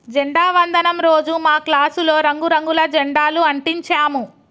జెండా వందనం రోజు మా క్లాసులో రంగు రంగుల జెండాలు అంటించాము